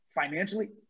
financially